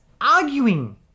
arguing